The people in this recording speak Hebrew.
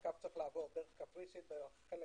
שהקו צריך לעבור דרך קפריסין, בחלק